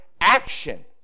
action